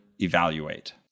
evaluate